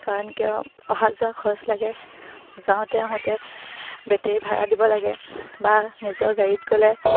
কাৰণ কিয় অহা যোৱা খৰচ লাগে যাওঁতে আহোঁতে বেটেৰী ভাড়া দিব লাগে বা নিজৰ গাড়ীত গ'লে